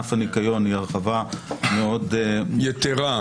לענף הניקיון היא הרחבה מאוד -- יתרה.